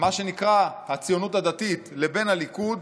הציונות הדתית, מה שנקרא, לבין הליכוד,